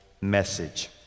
message